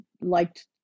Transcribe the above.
liked